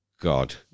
god